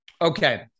Okay